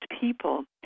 people